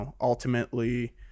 ultimately